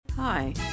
Hi